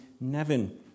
Nevin